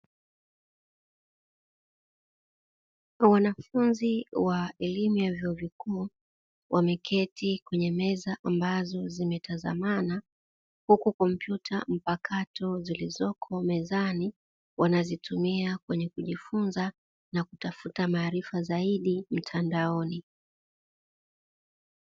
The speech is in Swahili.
Wanafunzi wa elimu ya vyuo vikuu wameketi kwenye meza ambazo zimetazamana, huku kompyuta mpakato zilizoko mezani wanazitumia kwenye kujifunza na kutafuta maarifa zaidi mtandaoni.